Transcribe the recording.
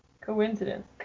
Coincidence